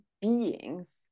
beings